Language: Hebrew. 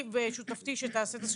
היינו מאוד צעירות,